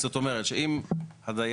זאת אומרת שאם הדייר,